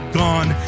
gone